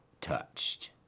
touched